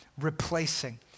replacing